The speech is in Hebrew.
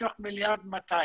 מתוך 1.200